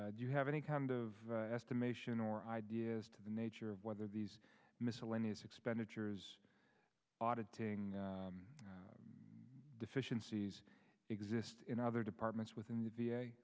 do you have any kind of estimation or ideas to the nature of whether these miscellaneous expenditures auditing deficiencies exist in other departments within the v